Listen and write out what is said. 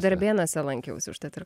darbėnuose lankiausi užtat ir